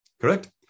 Correct